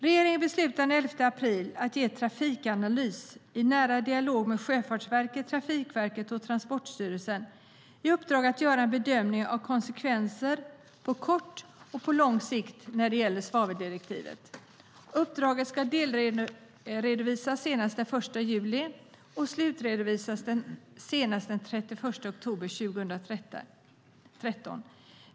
Regeringen beslutade den 11 april att ge Trafikanalys, i nära dialog med Sjöfartsverket, Trafikverket och Transportstyrelsen, i uppdrag att göra en bedömning av konsekvenser av svaveldirektivet på kort och lång sikt. Uppdraget ska delredovisas senast den 1 juli och slutredovisas senast den 31 oktober 2013.